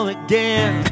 again